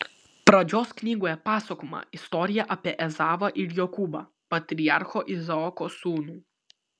pradžios knygoje pasakojama istorija apie ezavą ir jokūbą patriarcho izaoko sūnų